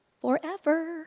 forever